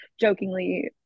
jokingly